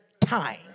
time